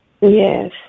Yes